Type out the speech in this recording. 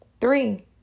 Three